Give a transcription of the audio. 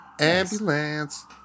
Ambulance